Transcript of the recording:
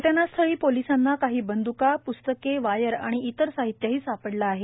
घटनास्थळी पोलिसांना काही बंद्का प्स्तके वायर आणि इतर साहित्य सापडले आहे